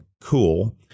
cool